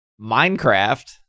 Minecraft